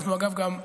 אנחנו גם מרחיבים,